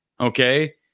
okay